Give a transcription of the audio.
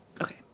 Okay